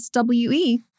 SWE